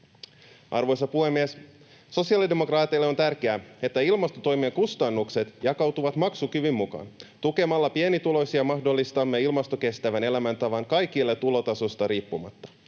Arvoisa puhemies! Sosiaalidemokraateille on tärkeää, että ilmastotoimien kustannukset jakautuvat maksukyvyn mukaan. Tukemalla pienituloisia mahdollistamme ilmastokestävän elämäntavan kaikille tulotasosta riippumatta.